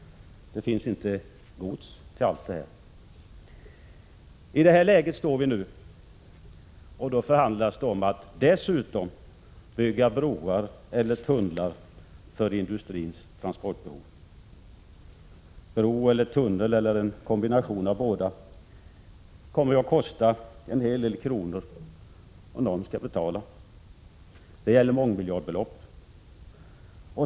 Det finns inte gods till alla transportmedel. I det här läget står vi nu — och då förhandlas det om att dessutom bygga broar eller tunnlar för industrins transportbehov. Bro eller tunnel eller en kombination av båda kommer att kosta en hel del kronor, och någon skall betala. Det gäller mångmiljardbelopp.